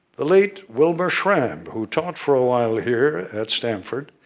the late wilbur schramm, who taught, for a while here at stanford,